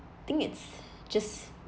think it's just